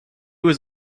was